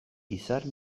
izar